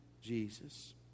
Jesus